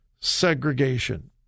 segregation